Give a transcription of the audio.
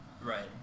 Right